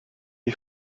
ich